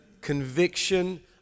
conviction